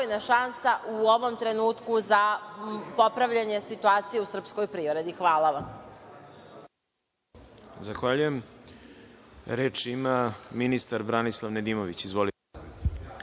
šansa u ovom trenutku za popravljanje situacije u srpskoj privredi. Hvala vam.